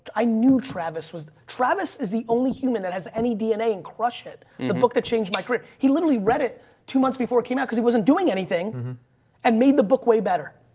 i knew travis was, travis is the only human that has any dna in crush it. and the book that changed my career, he literally read it two months before it came out cause he wasn't doing anything and made the book way better.